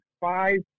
five